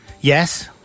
Yes